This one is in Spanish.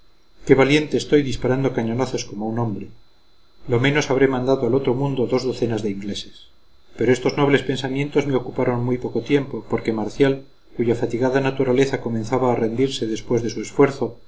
qué valiente estoy disparando cañonazos como un hombre lo menos habré mandado al otro mundo dos docenas de ingleses pero estos nobles pensamientos me ocuparon muy poco tiempo porque marcial cuya fatigada naturaleza comenzaba a rendirse después de su esfuerzo